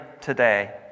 today